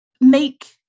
make